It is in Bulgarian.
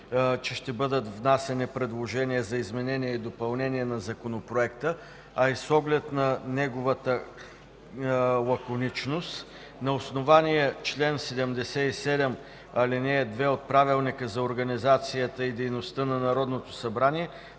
че ще бъдат внасяни предложения за изменения и допълнения на законопроекта, а и с оглед на неговата лаконичност, на основание чл. 77, ал. 2 от Правилника за организацията и дейността на Народното събрание